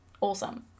Awesome